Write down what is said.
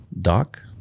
doc